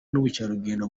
n’ubukerarugendo